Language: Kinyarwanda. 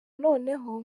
noneho